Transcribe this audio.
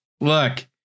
look